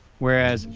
whereas,